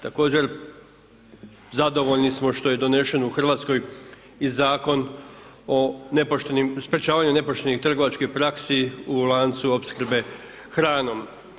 Također zadovoljni smo što je donesen u Hrvatskoj i Zakon o nepoštenim, sprečavanju nepoštenih trgovačkih praksi u lancu opskrbe hranom.